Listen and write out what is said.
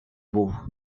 був